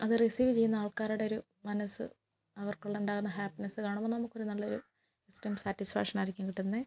അത് റിസീവ് ചെയ്യുന്ന ആൾക്കാരുടെ ഒരു മനസ്സ് അവർക്കുള്ളിലുണ്ടാവുന്ന ഹാപ്പിനെസ് കാണുമ്പോൾ നമുക്കൊരു നല്ലൊരു എക്സ്ട്രീം സാറ്റിസ്ഫാക്ഷൻ ആയിരിക്കും കിട്ടുന്നത്